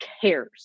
cares